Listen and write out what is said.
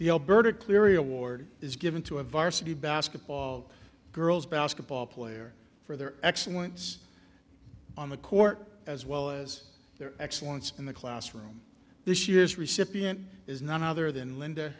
alberta cleary award is given to a virus city basketball girls basketball player for their excellence on the court as well as their excellence in the classroom this year's recipient is none other than linda